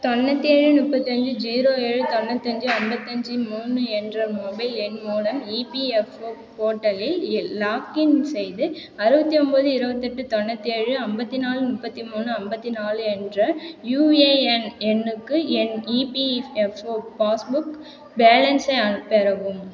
தொண்ணூற்றேழு முப்பத்தைஞ்சு ஜீரோ ஏழு தொண்ணூத்தைஞ்சி ஐம்பத்தஞ்சு மூணு என்ற மொபைல் எண் மூலம் இபிஎஃப்ஓ போர்ட்டலில் லாக்இன் செய்து அறுபத்தி ஒம்போது இருபத்தெட்டு தொண்ணூற்றேழு ஐம்பத்திநாலு முப்பத்தி மூணு ஐம்பத்தி நாலு என்ற யூஏஎன் எண்ணுக்கு என் இபிஎஃப்ஓ பாஸ்புக் பேலன்ஸை பெறவும்